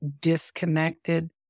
disconnected